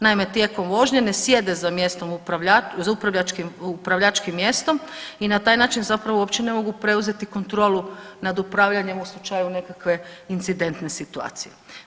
Naime, tijekom vožnje ne sjede za upravljačkim mjestom i na taj način zapravo uopće ne mogu preuzeti kontrolu nad upravljanjem u slučaju nekakve incidentne situacije.